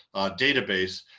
database,